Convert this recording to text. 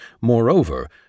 Moreover